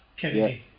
Kennedy